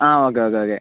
ആ okay okay okay